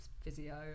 physio